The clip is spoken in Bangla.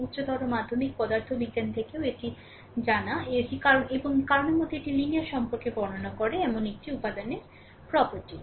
এটি উচ্চতর মাধ্যমিক পদার্থবিজ্ঞান থেকেও এটি জানে এটি কারণ এবং কারণের মধ্যে একটি লিনিয়ার সম্পর্ককে বর্ণনা করে এমন একটি উপাদানের property